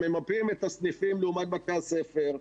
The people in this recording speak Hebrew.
הם ממפים את הסניפים לעומת בתי הספר,